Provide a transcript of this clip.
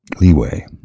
leeway